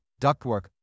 ductwork